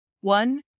One